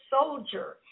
soldier